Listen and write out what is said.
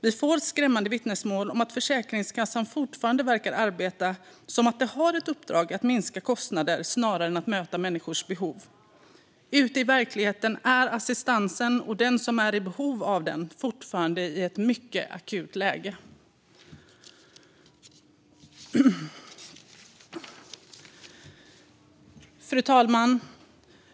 Vi får skrämmande vittnesmål om att Försäkringskassan fortfarande verkar arbeta som om de har uppdraget att minska kostnader snarare än att möta människors behov. Ute i verkligheten är assistansen och den som är i behov av den fortfarande i ett mycket akut läge. Fru talman!